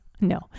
no